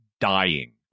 dying